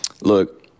Look